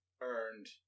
earned